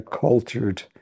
cultured